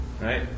Right